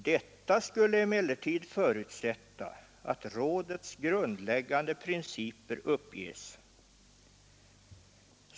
Detta skulle emellertid förutsätta att rådets grundläggande principer uppges.